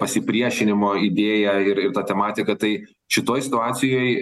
pasipriešinimo idėja ir ir ta tematika tai šitoj situacijoj